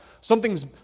Something's